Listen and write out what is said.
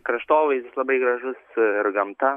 kraštovaizdis labai gražus ir gamta